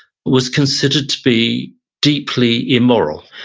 was considered to be deeply immoral.